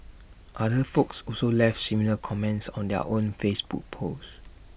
other folks also left similar comments on their own Facebook post